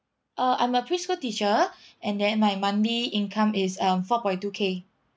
uh I'm a preschool teacher and then my monthly income is um four point two K